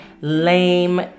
lame